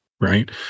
Right